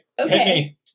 Okay